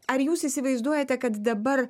ar jūs įsivaizduojate kad dabar